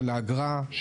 של האגרה,